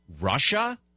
Russia